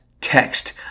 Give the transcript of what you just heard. text